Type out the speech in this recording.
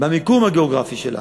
במיקום הגיאוגרפי שלנו,